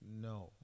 No